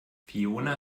fiona